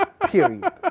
period